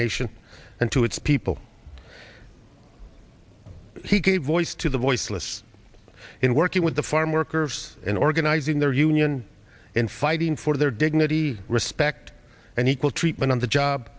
nation and to its people he gave voice to the voiceless in working with the farm workers in organizing their union and fighting for their dignity respect and equal treatment on the job